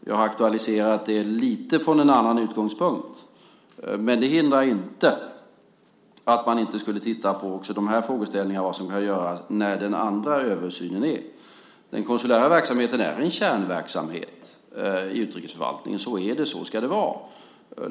Jag har aktualiserat dem från en lite annan utgångspunkt. Men det hindrar inte att man inte skulle titta också på dessa frågor och vad som kan göras när den andra översynen görs. Den konsulära verksamheten är en kärnverksamhet i utrikesförvaltningen. Så är det och så ska det vara.